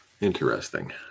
Interesting